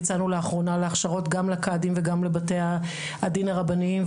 יצאנו לאחרונה להכשרות גם לקאדים וגם לבתי הדין הרבניים,